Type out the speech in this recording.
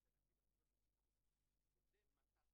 האם זה יספיק